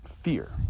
fear